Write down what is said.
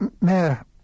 mayor